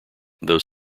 though